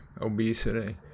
obesity